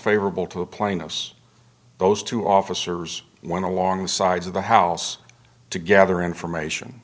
favorable to the plaintiffs those two officers went along the sides of the house to gather information